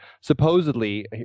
supposedly